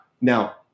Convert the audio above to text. Now